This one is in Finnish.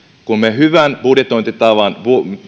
kun me hyvän budjetointitavan